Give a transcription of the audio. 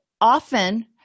often